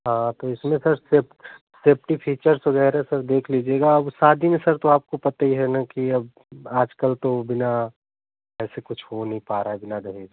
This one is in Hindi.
हाँ तो इसमें सर सेफ्ट सेफ्टी फीचर्स वगैरह सब देख लीजिएगा अब शादी में सर तो आप को पता ही है ना की अब आजकल तो बिना ऐसे कुछ हो नहीं पा रहा है बिना दहेज के